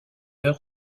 heure